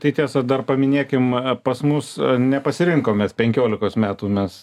tai tiesa dar paminėkim pas mus nepasirinkom mes penkiolikos metų mes